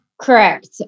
Correct